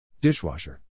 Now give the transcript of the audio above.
Dishwasher